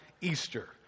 Easter